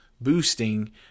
boosting